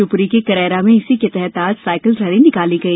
शिवपुरी के करैरा में इसी के तहत आज सायकिल रैली निकाली गई